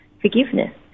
forgiveness